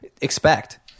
expect